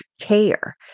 care